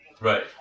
Right